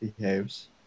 behaves